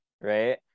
right